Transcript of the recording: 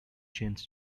jens